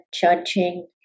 judging